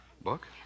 Book